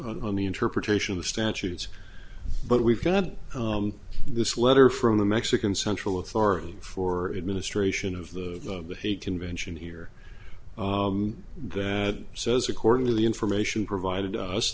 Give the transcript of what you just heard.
on the interpretation of the statutes but we've got this letter from a mexican central authority for administration of the hague convention here that says according to the information provided